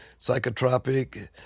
Psychotropic